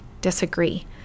disagree